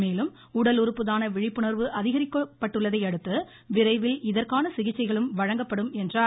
மேலும் உடல் உறுப்புதான விழிப்புணர்வு அதிகரிக்கப்பட்டுள்ளதையடுத்து விரைவில் இதற்கான சிகிச்சைகளும் வழங்கப்படும் என்றார்